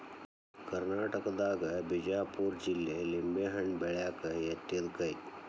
ಕರ್ನಾಟಕದಾಗ ಬಿಜಾಪುರ ಜಿಲ್ಲೆ ನಿಂಬೆಹಣ್ಣ ಬೆಳ್ಯಾಕ ಯತ್ತಿದ ಕೈ